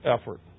effort